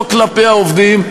לא כלפי העובדים.